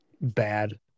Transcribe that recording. bad